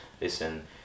listen